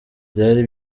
byari